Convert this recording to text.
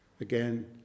again